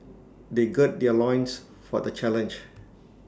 they gird their loins for the challenge